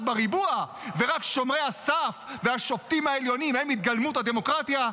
בריבוע ורק שומרי הסף והשופטים העליונים הם התגלמות הדמוקרטיה,